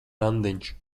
randiņš